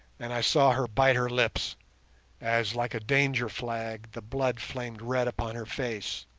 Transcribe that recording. and i saw her bite her lips as, like a danger flag, the blood flamed red upon her face.